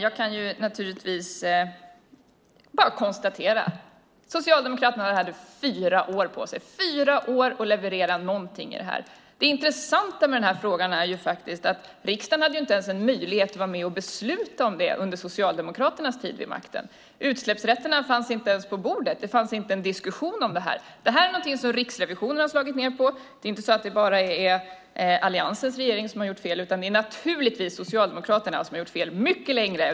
Fru talman! Socialdemokraterna hade fyra år på sig att leverera något i detta. Det intressanta i frågan är att riksdagen inte ens hade möjlighet att vara med och besluta om detta under Socialdemokraternas tid vid makten. Utsläppsrätterna fanns inte ens på bordet; det fanns ingen diskussion om det. Riksrevisionen har slagit ned på detta, men det är inte bara alliansregeringen som har gjort fel. Socialdemokraterna gjorde fel mycket längre.